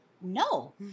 no